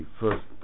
first